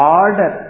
order